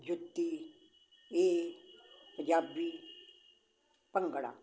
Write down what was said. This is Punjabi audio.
ਜੁੱਤੀ ਇਹ ਪੰਜਾਬੀ ਭੰਗੜਾ